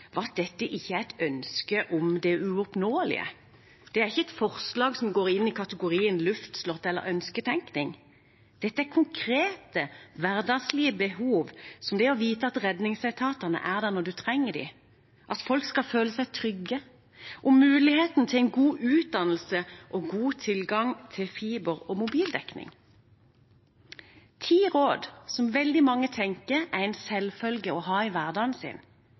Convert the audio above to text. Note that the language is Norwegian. at dette ikke er et ønske om det uoppnåelige. Det er ikke forslag som går inn i kategorien luftslott eller ønsketenkning. Dette er konkrete, hverdagslige behov, som det å vite at redningsetatene er der når man trenger dem, at folk skal føle seg trygge, muligheten til en god utdannelse og god tilgang til fiber og mobildekning – ti råd som veldig mange tenker er en selvfølge å ha i hverdagen sin,